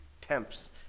temps